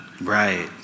Right